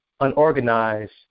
unorganized